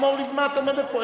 השרה לימור לבנת עומדת פה,